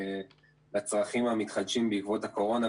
לצרכים המתחדשים בעקבות הקורונה,